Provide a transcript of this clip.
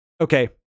okay